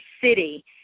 city